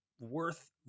worth